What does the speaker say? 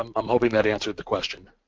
i'm hoping that answered the question.